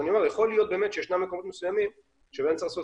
ישול להיות שיש מקומות מסוימים שצריך לעשות